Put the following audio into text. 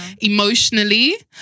Emotionally